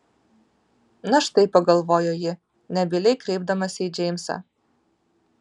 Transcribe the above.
na štai pagalvojo ji nebyliai kreipdamasi į džeimsą